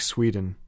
Sweden